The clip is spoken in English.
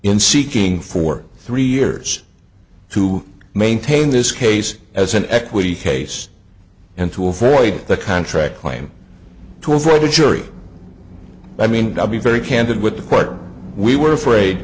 in seeking for three years to maintain this case as an equity case and to avoid the contract claim to avoid a jury i mean i'll be very candid with the choir we were afraid